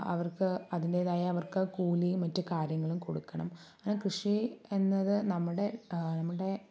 അവര്ക്ക് അതിന്റേതായ അവര്ക്ക് കൂലിയും മറ്റു കാര്യങ്ങളും കൊടുക്കണം അങ്ങനെ കൃഷി എന്നത് നമ്മുടെ നമ്മുടെ